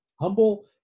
humble